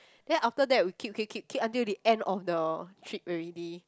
then after that we keep keep keep keep until the end of the trip already